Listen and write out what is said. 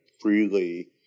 freely